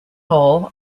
hall